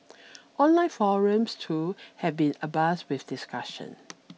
online forums too have been abuzz with discussion